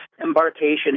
embarkation